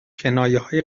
کنایههای